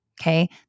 Okay